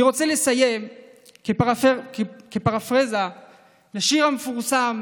אני רוצה לסיים בפרפרזה לשיר המפורסם